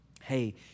hey